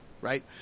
right